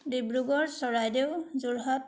Dibrugarh Charaideo Jorhat